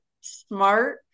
smart